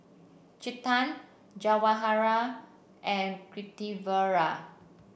Chetan Jawaharlal and Pritiviraj